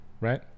Right